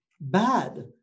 bad